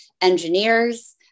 engineers